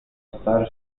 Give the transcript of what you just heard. star